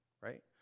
right